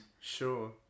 Sure